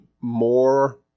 more